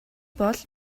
бол